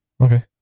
Okay